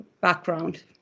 background